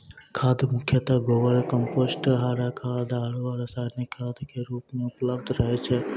खाद मुख्यतः गोबर, कंपोस्ट, हरा खाद आरो रासायनिक खाद के रूप मॅ उपलब्ध रहै छै